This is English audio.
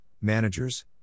managers